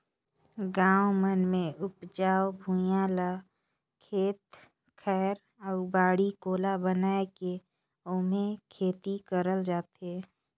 गाँव मन मे उपजऊ भुइयां ल खेत खायर अउ बाड़ी कोला बनाये के ओम्हे खेती करल जाथे